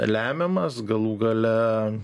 lemiamas galų gale